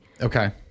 Okay